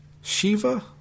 Shiva